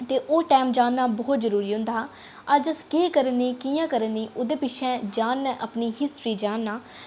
ते ओह् टैम जानना बहुत जरूरी होंदा अज्ज अस केह् करने कि'यां करने ओह्दे पिच्छें जानना अपनी हिस्ट्री जानना